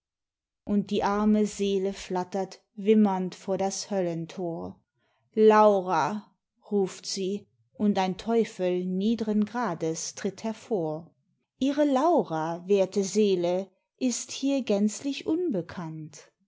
und die arme seele flattert wimmernd vor das höllentor laura ruft sie und ein teufel nied'ren grades tritt hervor ihre laura werte seele ist hier gänzlich unbekannt